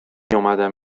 اومدم